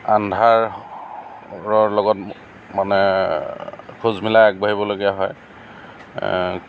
আন্ধাৰৰ লগত মানে খোজ মিলাই আগবাঢ়িবলগীয়া হয়